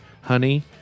honey